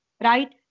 Right